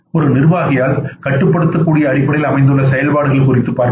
ஒரு நிர்வாகியால் கட்டுப்படுத்தக்கூடிய அடிப்படையில் அமைந்துள்ள செயல்பாடுகள் குறித்து பார்ப்போம்